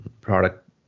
product